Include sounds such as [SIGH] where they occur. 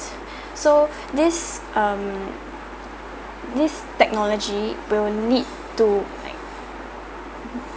[BREATH] so this um this technology will need to like